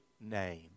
name